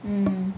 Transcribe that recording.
mm